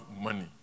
money